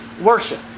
worship